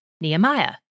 Nehemiah